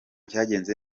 cyagenze